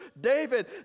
David